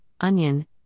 onion